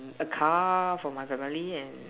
a car for my family and